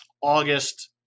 August